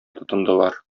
тотындылар